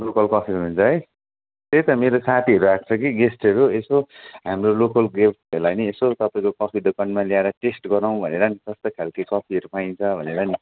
local कफिहरू हुन्छ है त्यही त मेरो साथीहरू आएको छ कि गेस्टहरू यसो हाम्रो लोकल गेस्टहरूलाई पनि यसो तपाईँको कफी दोकानमा ल्याएर टेस्ट गराउँ भनेर नि कस्तो खाले कफिहरू पाइन्छ भनेर नि